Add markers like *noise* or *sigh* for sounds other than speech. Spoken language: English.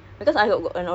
*laughs*